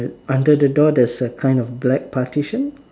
under the door there's a kind of black partition